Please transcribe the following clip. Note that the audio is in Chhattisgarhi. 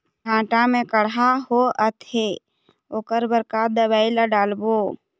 भांटा मे कड़हा होअत हे ओकर बर का दवई ला डालबो?